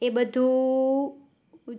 એ બધું